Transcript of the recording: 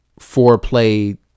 foreplay